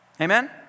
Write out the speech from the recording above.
Amen